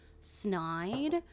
snide